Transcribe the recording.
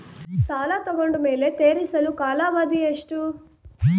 ಸಾಲ ತಗೊಂಡು ಮೇಲೆ ತೇರಿಸಲು ಕಾಲಾವಧಿ ಎಷ್ಟು?